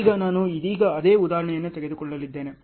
ಈಗ ನಾನು ಇದೀಗ ಅದೇ ಉದಾಹರಣೆಯನ್ನು ತೆಗೆದುಕೊಳ್ಳಲಿದ್ದೇನೆ